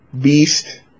Beast